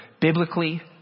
biblically